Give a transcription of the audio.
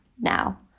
now